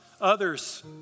others